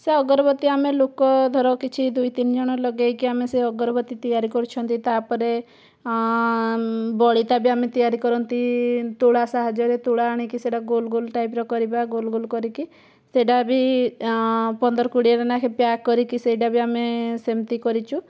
ସେ ଅଗରବତୀ ଆମେ ଲୋକ ଧର କିଛି ଦୁଇ ତିନି ଜଣ ଲଗାଇକି ଆମେ ସେ ଅଗରବତୀ ତିଆରି କରୁଛନ୍ତି ତାପରେ ବଳିତା ବି ଆମେ ତିଆରି କରନ୍ତି ତୂଳା ସାହାଯ୍ଯରେ ତୂଳା ଆଣିକି ସେ'ଟା ଗୋଲ ଗୋଲ ଟାଇପ୍ର କରିବା ଗୋଲ ଗୋଲ କରିକି ସେ'ଟା ବି ପନ୍ଦର କୋଡ଼ିଏ ଲେଖାଏ ପ୍ଯାକ୍ କରିକି ସେ'ଟା ବି ଆମେ ସେମିତି କରିଛୁ